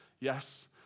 Yes